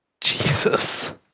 Jesus